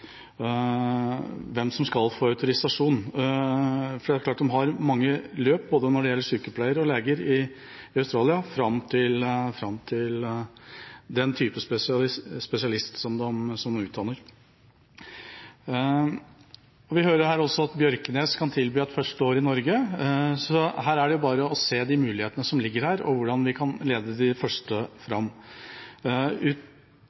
hvem som skal få autorisasjon, for det er klart det er mange utdanningsløp for både sykepleiere og leger i Australia fram til den type spesialisering. Vi hører også at Bjørknes kan tilby et første år i Norge, så her er det bare å se de mulighetene som ligger, og hvordan vi kan lede de første fram.